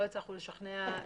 לא הצלחנו לשכנע,